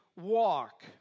walk